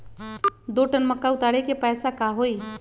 दो टन मक्का उतारे के पैसा का होई?